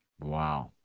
Wow